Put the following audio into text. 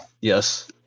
yes